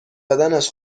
بدنش